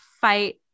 fight